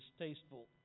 distasteful